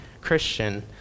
Christian